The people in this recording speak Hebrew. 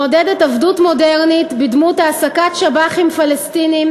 מעודדת עבדות מודרנית בדמות העסקת שב"חים פלסטינים